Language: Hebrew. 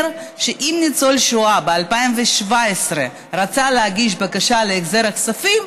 שאם ניצול שואה רצה ב-2017 להגיש בקשה להחזר הכספים,